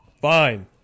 Fine